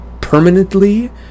permanently